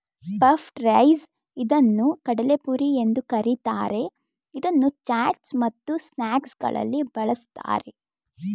puffed rice ಇದನ್ನು ಕಡಲೆಪುರಿ ಎಂದು ಕರಿತಾರೆ, ಇದನ್ನು ಚಾಟ್ಸ್ ಮತ್ತು ಸ್ನಾಕ್ಸಗಳಲ್ಲಿ ಬಳ್ಸತ್ತರೆ